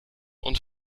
und